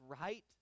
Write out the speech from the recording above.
right